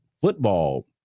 football